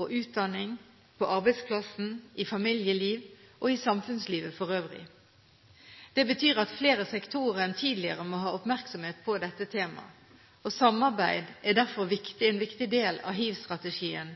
og utdanning, på arbeidsplassen, i familieliv og i samfunnslivet for øvrig. Det betyr at flere sektorer enn tidligere må ha oppmerksomhet på dette temaet. Samarbeid er derfor en viktig del av hivstrategien